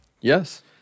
Yes